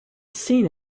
seen